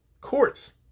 courts